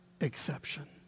exception